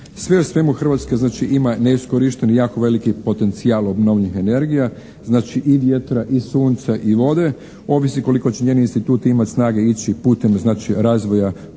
Sve u svemu Hrvatska znači ima neiskorišteni jako veliki potencijal obnovljivih energija, znači i vjetra i sunca i vode. Ovisi koliko će njeni instituti imati snage ići putem znači razvoja korištenja